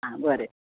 आं बरें